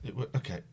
Okay